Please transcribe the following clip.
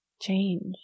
change